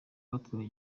batwaye